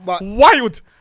wild